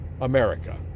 america